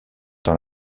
dans